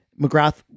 McGrath